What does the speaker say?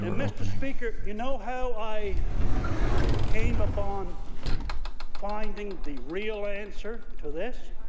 and mr. speaker, you know how i came upon finding the real answer to this?